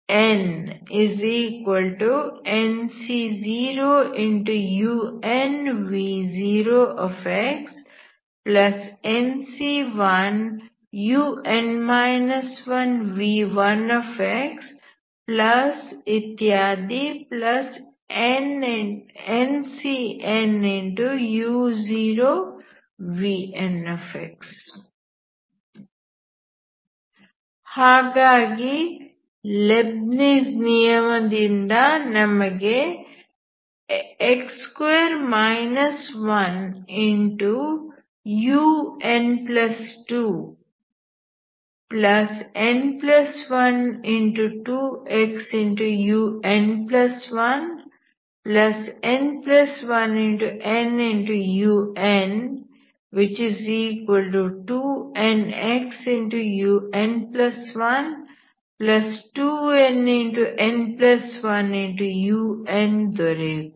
v nC0 unvx nC1 uv nCn uvx ಹಾಗಾಗಿ Leibniz ನಿಯಮ ದಿಂದ ನಮಗೆ x2 1un2n12xun1n1n u2nxun12nn1u ದೊರೆಯುತ್ತದೆ